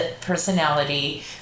personality